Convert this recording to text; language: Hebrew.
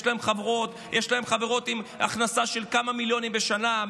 יש להם חברות עם הכנסה של כמה מיליונים בשנה,